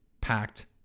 packed